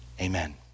Amen